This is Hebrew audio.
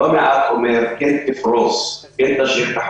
לא מעט אומרים כן לפרוס את השטח